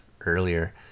earlier